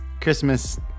Christmas